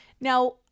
Now